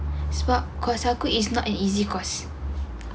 cause course aku is not an easy course